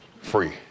free